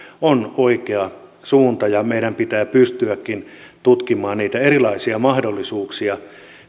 on oikea suunta ja meidän pitää pystyäkin tutkimaan niitä erilaisia mahdollisuuksia